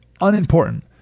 unimportant